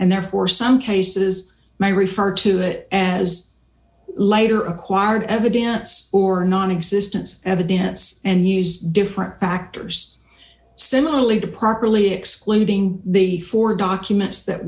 and therefore some cases may refer to it as later acquired evidence or nonexistence evidence and use different factors similarly to properly excluding the four documents that